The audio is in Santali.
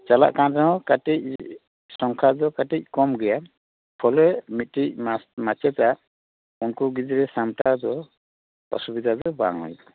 ᱪᱟᱞᱟᱜ ᱠᱟᱱ ᱨᱮᱦᱚᱸ ᱠᱟᱹᱴᱤᱡ ᱥᱚᱝᱠᱷᱟ ᱫᱚ ᱠᱚᱢ ᱜᱮᱭᱟ ᱯᱷᱚᱞᱮ ᱢᱤᱫᱴᱮᱡ ᱢᱟᱪᱮᱫᱼᱟᱜ ᱩᱱᱠᱩ ᱜᱤᱫᱽᱨᱟᱹ ᱥᱟᱱᱛᱟᱲ ᱨᱚᱲ ᱚᱥᱩᱵᱤᱫᱟ ᱫᱚ ᱵᱟᱝ ᱦᱩᱭᱟᱠᱟᱱᱟ